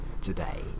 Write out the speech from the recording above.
today